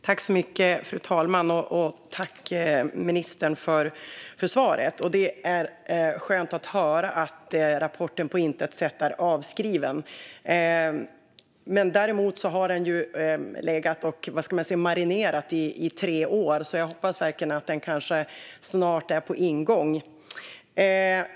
Fru talman! Tack, ministern, för svaret! Det är skönt att höra att rapporten på intet sätt är avskriven. Däremot har den ju legat och marinerat i tre år, så jag hoppas verkligen att den snart är på ingång.